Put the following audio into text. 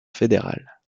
fédérale